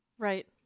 Right